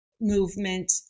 movement